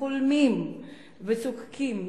חולמים וצוחקים,